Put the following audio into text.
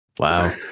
wow